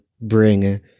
bring